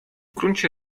gruncie